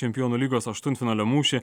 čempionų lygos aštuntfinalio mūšį